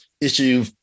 issue